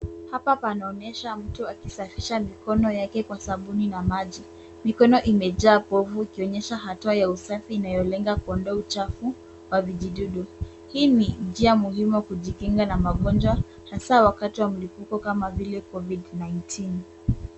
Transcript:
Hapa panaonyesha mtu akisafisha mikono yake kwa sabuni na maji. Mikono imejaa povu ikionyesha hatua ya usafi inayolenga kuondoa uchafu wa vijidudu. Hii ni njia muhimu ya kujikinga na magonjwa hasa wakati wa mlipuko kama vile Covid 19 .